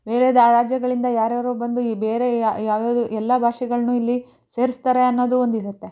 ಬೇರೆ ರಾಜ್ಯಗಳಿಂದ ಯಾರ್ಯಾರೋ ಬಂದು ಈ ಬೇರೆ ಯಾವ್ಯಾವುದೋ ಎಲ್ಲ ಭಾಷೆಗಳನ್ನೂ ಇಲ್ಲಿ ಸೇರಿಸ್ತಾರೆ ಅನ್ನೋದು ಒಂದು ಇರುತ್ತೆ